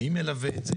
מי מלווה את זה?